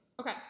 Okay